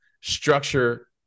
structure